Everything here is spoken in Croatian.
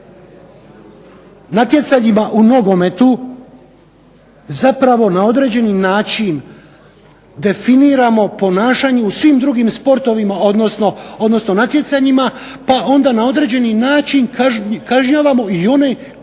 prema natjecanjima u nogometu zapravo na određeni način definiramo ponašanje u svim drugim sportovima, odnosno natjecanjima, pa onda na određeni način kažnjavamo i one koji